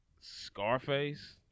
Scarface